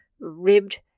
ribbed